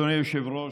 אדוני היושב-ראש,